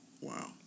Wow